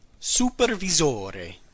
Supervisore